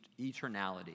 eternality